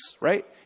right